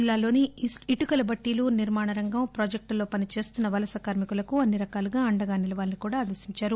జిల్లాలోని ఇటుకల బట్టీలు నిర్మాణ రంగం ప్రాజెక్టుల్లో పనిచేస్తున్న వలస కార్కికులకు అన్ని రకాలుగా అండగా నిలవాలని ఆదేశించారు